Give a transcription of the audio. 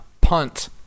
punt